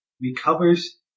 recovers